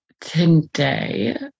Today